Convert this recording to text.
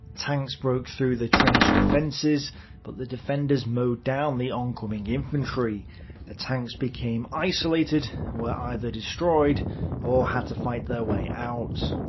tanks broke through the trench defences but the defenders mowed down the oncoming infantry. the tanks became isolated and were either destroyed or had to fight their way out.